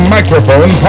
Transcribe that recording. Microphone